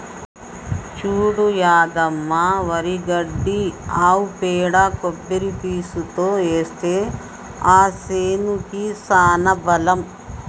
చూడు యాదమ్మ వరి గడ్డి ఆవు పేడ కొబ్బరి పీసుతో ఏస్తే ఆ సేనుకి సానా బలం